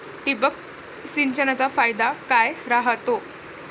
ठिबक सिंचनचा फायदा काय राह्यतो?